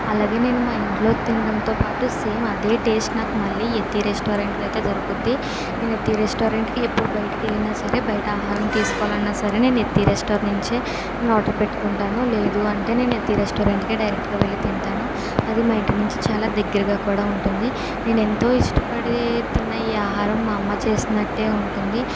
అలాగే నేను మా ఇంట్లో తినడంతో పాటు సేమ్ అదే టేస్ట్ నాకు మళ్ళీ యతి రెస్టారెంట్లో అయితే దొరుకుద్ది ఈ యతి రెస్టారెంట్కి ఎప్పుడు బయటకి వెళ్ళినా సరే బయట ఆహారం తీసుకోవాలి అన్నా సరే నేను యతి రెస్టారెంట్ నుంచే నేను ఆర్డర్ పెట్టుకుంటాను లేదు అంటే నేను యతి రెస్టారెంట్కే డైరెక్ట్గా వెళ్ళి తింటాను అది మా ఇంటి నుంచి చాలా దగ్గరగా కూడా ఉంటుంది నేను ఎంతో ఇష్టపడి తిన్న ఈ ఆహారం మా అమ్మ చేసినట్టే ఉంటుంది